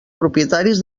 propietaris